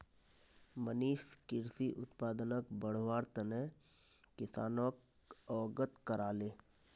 मनीष कृषि उत्पादनक बढ़व्वार तने किसानोक अवगत कराले